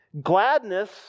Gladness